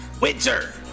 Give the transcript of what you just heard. Winter